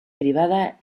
privada